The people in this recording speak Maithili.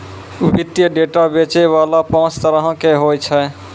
वित्तीय डेटा बेचै बाला पांच तरहो के होय छै